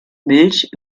milch